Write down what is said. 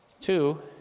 Two